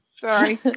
Sorry